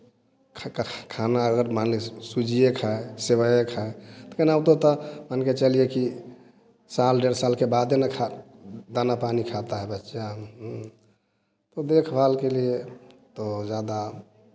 खाना अगर मान लीजिए सूजी खाए सिवई खाए कहना तो यह होता मान कर चलिए कि साल डेढ़ के बाद न खाए दाना पानी खाता है बच्चा तो देख भाल के लिए तो ज़्यादा